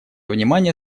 внимание